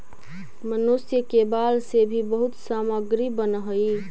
मनुष्य के बाल से भी बहुत सामग्री बनऽ हई